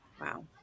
Wow